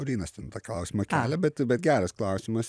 laurynas ten tą klausimą kelia bet bet geras klausimas